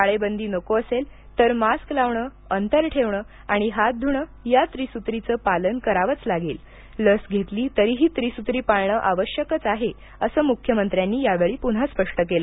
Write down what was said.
टाळेबंदी नको असेल तर मास्क लावण अंतर ठेवण आणि हात धुण या त्रिसुत्रीचं पालन करावंच लागेल लस घेतली तरीही त्रिसूत्री पाळण आवश्यकच आहे असं मुख्यमंत्र्यांनी यावेळी पून्हा स्पष्ट केलं